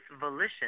volition